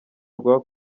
rwa